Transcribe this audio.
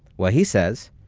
what he says,